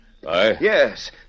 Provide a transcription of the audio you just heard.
Yes